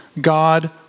God